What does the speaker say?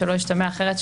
שלא ישתמע אחרת,